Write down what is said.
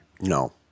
No